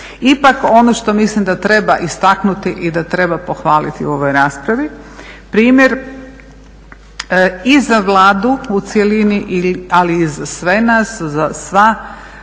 Ipak ono što mislim da treba istaknuti i da treba pohvaliti u ovoj raspravi primjer i za Vladu u cjelini ali i za sve nas, za sva